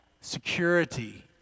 security